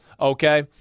Okay